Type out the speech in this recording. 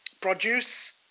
produce